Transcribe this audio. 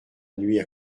nuit